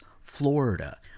Florida